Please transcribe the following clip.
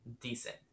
decent